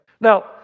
Now